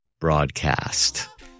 broadcast